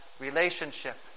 relationship